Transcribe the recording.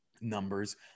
numbers